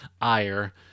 ire